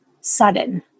sudden